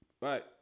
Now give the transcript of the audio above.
Right